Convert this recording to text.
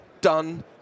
Done